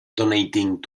donating